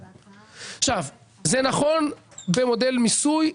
עכשיו, זה נכון במודל מיסוי,